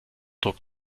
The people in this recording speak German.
druck